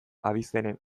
abizenen